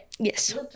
Yes